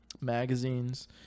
magazines